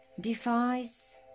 defies